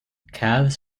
calves